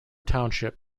township